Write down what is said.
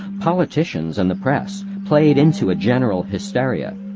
politicians and the press played into a general hysteria.